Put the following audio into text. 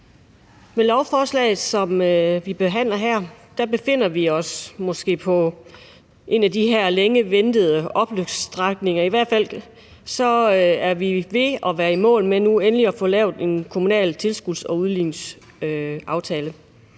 Med lovforslaget, som vi behandler her, befinder vi os måske på en af de her længe ventede opløbsstrækninger. I hvert fald er vi nu ved endelig at være i mål med at få lavet en kommunal tilskuds- og udligningsaftale.